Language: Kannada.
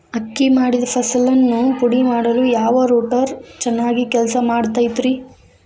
ಅಕ್ಕಿ ಮಾಡಿದ ಫಸಲನ್ನು ಪುಡಿಮಾಡಲು ಯಾವ ರೂಟರ್ ಚೆನ್ನಾಗಿ ಕೆಲಸ ಮಾಡತೈತ್ರಿ?